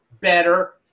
better